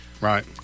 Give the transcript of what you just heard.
Right